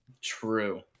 True